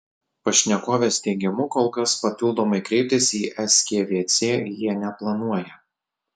pašnekovės teigimu kol kas papildomai kreiptis į skvc jie neplanuoja